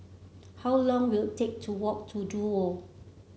how long will take to walk to Duo